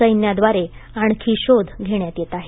सैन्याद्वारे आणखी शोध घेण्यात येत आहे